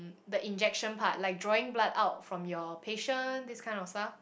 the injection part like drawing blood out from your patient this kind of stuff